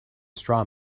straw